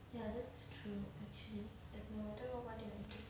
ya that's true actually whatever you do